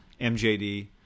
MJD